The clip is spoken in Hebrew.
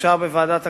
שאושר בוועדת הכלכלה,